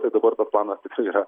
tai dabar tas planas tikrai yra